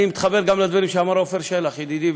אני מתחבר גם לדברים שאמר עפר שלח ידידי,